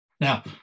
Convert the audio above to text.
Now